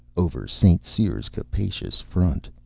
over st. cyr's capacious front.